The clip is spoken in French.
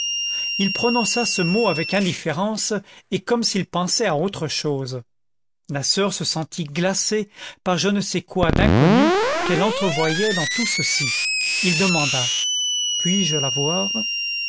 il prononça ce mot avec indifférence et comme s'il pensait à autre chose la soeur se sentit glacée par je ne sais quoi d'inconnu qu'elle entrevoyait dans tout ceci il demanda puis-je la voir